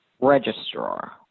registrar